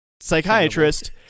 psychiatrist